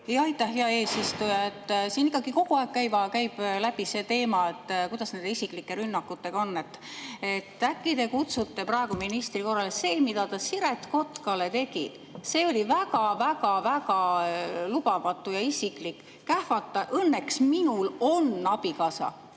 Aitäh, hea eesistuja! Siin ikkagi kogu aeg käib läbi see teema, kuidas nende isiklike rünnakutega on. Äkki te kutsute praegu ministri korrale. See, mida ta Siret Kotkale tegi, oli väga-väga-väga lubamatu ja isiklik. Kähvata, et "õnneks minul on abikaasa"!